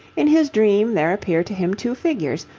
in his dream there appear to him two figures,